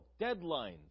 deadlines